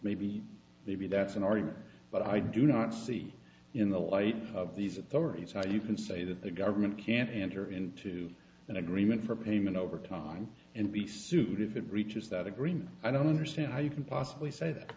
maybe maybe that's an argument but i do not see in the light of these authorities how you can say that the government can't enter into an agreement for payment over time and be sued if it reaches that agreement i don't understand how you can possibly say that